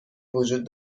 وجود